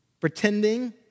Pretending